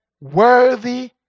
Worthy